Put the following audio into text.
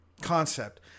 concept